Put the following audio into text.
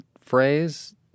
phrase